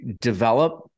develop